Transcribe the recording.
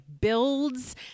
builds